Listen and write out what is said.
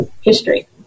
history